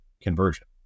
conversion